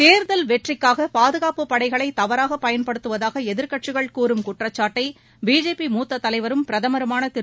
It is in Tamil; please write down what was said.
தேர்தல் வெற்றிக்காக பாதுகாப்புப் படைகளை தவறாக பயன்படுத்துவதாக எதிர்க்கட்சிகள் கூறும் குற்றச்சாட்டை பிஜேபி மூத்த தலைவரும் பிரதமருமான திரு